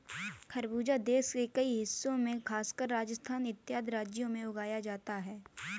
खरबूजा देश के कई हिस्सों में खासकर राजस्थान इत्यादि राज्यों में उगाया जाता है